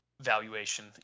valuation